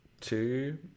Two